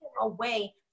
away